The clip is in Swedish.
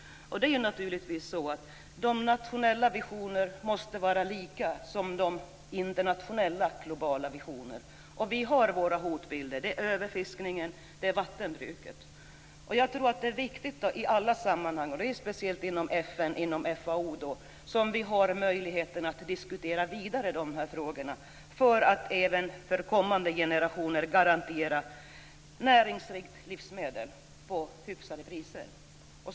De nationella visionerna måste naturligtvis vara desamma som de internationella, globala visionerna. Det finns hotbilder, nämligen överfiskningen och vattenbruket. Det är framför allt inom FN och FAO som vi har möjlighet att fortsätta diskutera de här frågorna, för att även för kommande generationer garantera möjligheten att få näringsrika livsmedel till hyfsade priser.